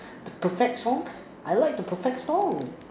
the perfect song I like the perfect song